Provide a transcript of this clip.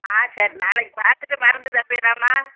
ஆ சரி நாளைக்கு பார்த்துட்டு மருந்து தருவீங்களாம்மா